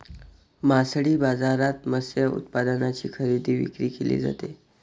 मासळी बाजारात मत्स्य उत्पादनांची खरेदी विक्री केली जाते